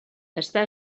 està